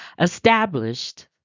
established